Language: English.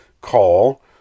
call